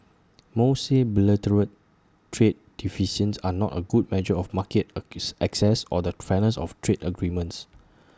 most say bilateral trade deficits are not A good measure of market access or the fairness of trade agreements